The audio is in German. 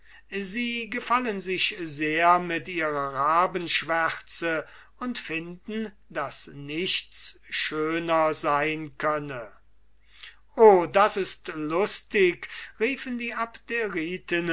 sie gefallen sich sehr mit ihrer rabenschwärze und finden daß nichts schöner sein kann o das ist lustig riefen die